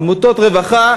עמותות רווחה,